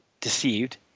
deceived